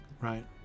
right